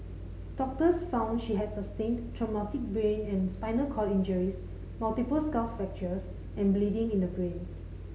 doctors found she had sustained traumatic brain and spinal cord injuries multiple skull fractures and bleeding in the brain